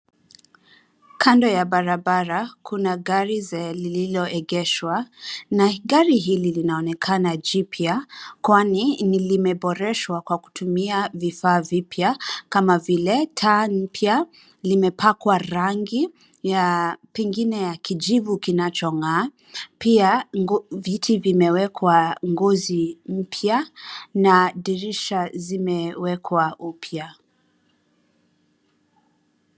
Kando ya barabara, kuna gari zee lililoegeshwa. Na gari hili linaonekana jipya, kwani limeboreshwa kwa kutumia vifaa vipya kama vile taa mpya. Limepakwa rangi pengine ya kijivu kinachong'aa. Pia, viti vimewekwa ngozi mpya na dirisha zimewekwa upya.